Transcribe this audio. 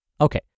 Okay